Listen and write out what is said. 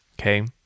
Okay